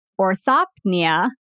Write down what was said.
orthopnea